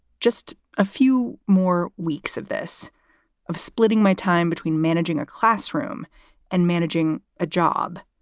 just a few more weeks of this of splitting my time between managing a classroom and managing a job.